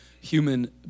human